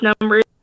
numbers